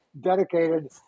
dedicated